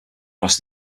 cross